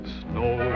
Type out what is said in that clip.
snow